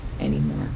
anymore